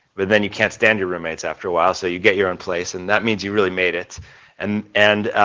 but then you can't stand your roommates after a while so you get your own place and that means you really made it and, and